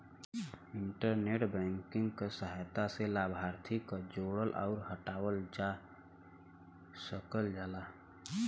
internet banking क सहायता से लाभार्थी क जोड़ल आउर हटावल जा सकल जाला